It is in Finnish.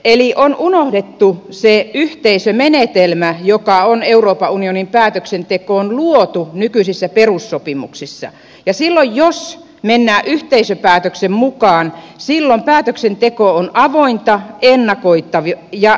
eli on unohdettu se yhteisömenetelmä joka on euroopan unionin päätöksentekoon luotu nykyisissä perussopimuksissa ja silloin jos mennään yhteisöpäätöksen mukaan silloin päätöksenteko on avointa ja ennakoitavaa